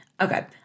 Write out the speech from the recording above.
Okay